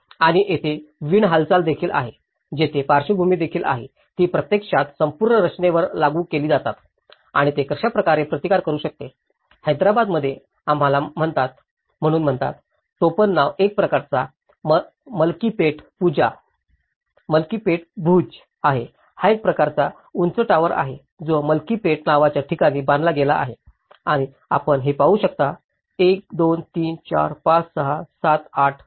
आणि तेथे विंड हालचाल देखील आहे तेथे पार्श्वभूमी देखील आहेत जी प्रत्यक्षात संपूर्ण संरचनेवर लागू केली जातात आणि ते कशा प्रकारे प्रतिकार करू शकते हैदराबादमध्ये आम्हाला म्हणतात म्हणून म्हणतात टोपणनाव एक प्रकारचा मलकीपेट भुज आहे हा एक प्रकारचा उंच टॉवर आहे जो मलकेपेट नावाच्या ठिकाणी बांधला गेला आहे आणि आपण ते पाहू शकता 1 2 3 4 5 6 7 8